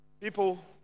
People